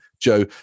Joe